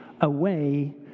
Away